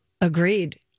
Agreed